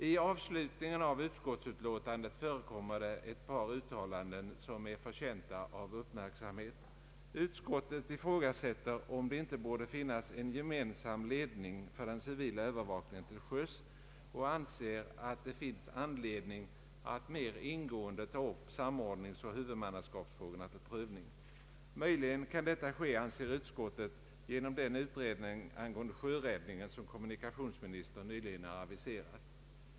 I slutet av utskottsutlåtandet förekommer ett par uttalanden som är förtjänta av uppmärksamhet. Utskottet ifrågasätter om det inte borde finnas en gemensam ledning för den civila övervakningen till sjöss och anser, att det finns anledning att mer ingående ta upp samordningsoch huvudmannaskapsfrågorna till prövning. Möjligen kan detta ske, anser utskottet, genom den utredning angående sjöräddningen som kommunikationsministern nyligen har aviserat.